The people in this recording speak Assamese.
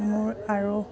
মোৰ আৰু